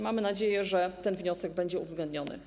Mamy nadzieję, że ten wniosek będzie uwzględniony.